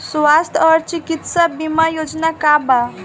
स्वस्थ और चिकित्सा बीमा योजना का बा?